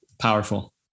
powerful